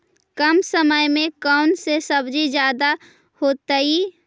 कम समय में कौन से सब्जी ज्यादा होतेई?